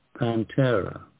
Pantera